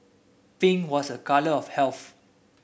pink was a colour of health